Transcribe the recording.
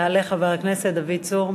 יעלה חבר הכנסת דוד צור.